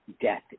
death